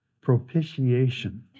propitiation